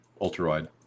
Ultra-wide